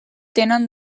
tenen